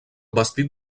vestit